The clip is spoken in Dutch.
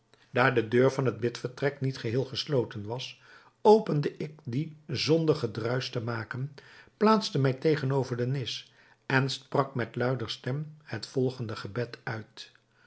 daar de deur van het bidvertrek niet geheel gesloten was opende ik die zonder gedruisch te maken plaatste mij tegenover de nis en sprak met luider stem het volgende gebed uit